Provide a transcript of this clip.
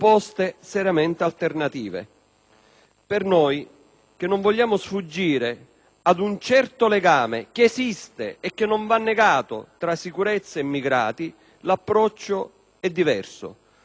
Per noi, che non vogliamo sfuggire ad un certo legame che esiste, e che non va negato, tra sicurezza e immigrati, l'approccio è diverso, radicalmente diverso dal vostro.